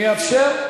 אני אאפשר,